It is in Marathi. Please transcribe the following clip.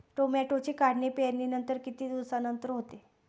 टोमॅटोची काढणी पेरणीनंतर किती दिवसांनंतर होते?